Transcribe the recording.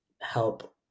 help